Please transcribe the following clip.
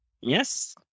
Yes